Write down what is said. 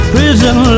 Prison